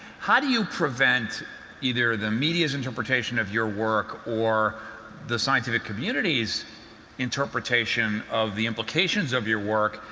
how do you prevent either the media's interpretation of your work or the scientific community's interpretation of the implications of your work,